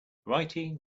writing